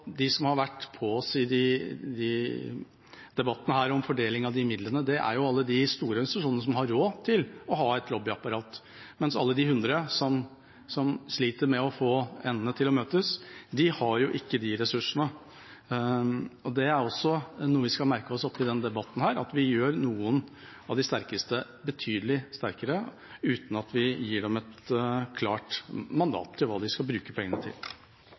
De som har vært på oss i disse debattene om fordeling av midlene, er alle de store institusjonene som har råd til å ha et lobbyapparat, mens alle de hundre som sliter med å få endene til å møtes, ikke har de ressursene. Noe vi også skal merke oss i denne debatten, er at vi gjør noen av de sterkeste betydelig sterkere uten at vi gir dem et klart mandat for hva de skal bruke pengene til.